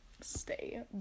Stay